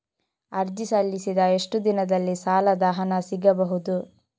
ಅರ್ಜಿ ಸಲ್ಲಿಸಿದ ಎಷ್ಟು ದಿನದಲ್ಲಿ ಸಾಲದ ಹಣ ಸಿಗಬಹುದು?